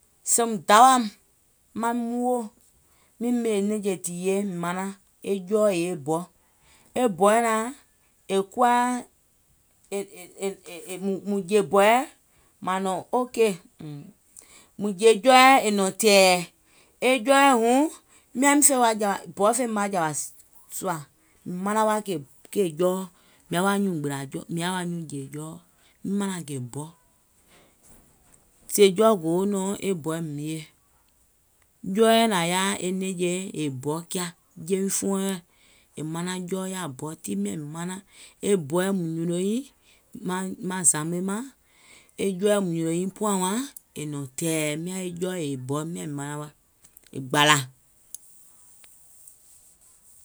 Sèèùm dawàìm maiŋ woò, ɓèmè nɛ̀ŋjè tìyèe manaŋ, ye jɔɔ yèè e bɔ, e bɔɛ̀ naàŋ, è kuwa, èèèè mùŋ jè bɔɛ̀ màŋ nɔ̀ŋ ok, mùŋ jè jɔɔɛ̀ mùŋ nɔ̀ŋ tɛ̀ɛ̀, e jɔɔɛ̀ huuŋ, e bɔ fèim wa jàwà sùà, mìŋ manaŋ wa kèè jɔɔ, mìŋ yaà wa nyuùŋ gbìlà jɔɔ, mìŋ yaà wa nyuùŋ jè jɔɔ. Sèè jɔɔ go nɔ̀ŋ e bɔ mìŋ mie. Jɔɔɛ̀ nàŋ nɛ̀ŋje yèè bɔ kià. Je wi fuɔŋ wɛɛ̀ŋ è manaŋ jɔɔ yaȧ bɔ, tii miàŋ manaŋ, e bɔɛ̀ nyùnò nyiìŋ maŋ zamee màŋ, e jɔɔɛ̀ nyùnò niìŋ pɔ̀ɔ̀ŋwààŋ è nɔ̀ŋ tɛ̀ɛ̀, miàŋ e jɔɔ yèè bɔ miàŋ manaŋ wa yèè gbàlà.